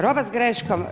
Roba s greškom.